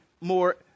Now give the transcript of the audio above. more